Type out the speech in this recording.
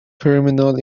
criminal